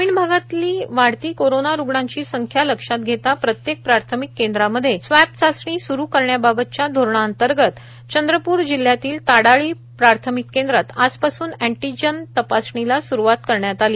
ग्रामीण भागातील वाढती कोरोना रुग्णांची संख्या लक्षात घेता प्रत्येक प्राथमिक केंद्रांमध्ये स्वॅब चाचणी स्रू करण्याबाबतच्या धोरणातंर्गत चंद्रपूर जिल्ह्यातील ताडाळी प्राथमिक केंद्रात आजपासून अँटीजन तपासणीला स्रुवात करण्यात आली